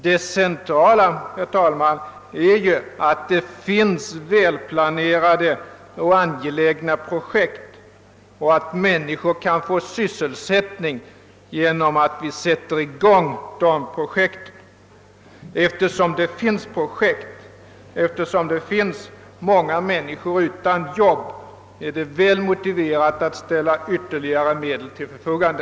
Det centrala, herr talman, är ju att det finns välplanerade och angelägna projekt och att människor kan få sysselsättning genom att vi sätter i gång de projekten. Eftersom det finns projekt och då det finns många människor utan arbete är det fullt motiverat att ställa ytterligare medel till förfogande.